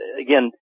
again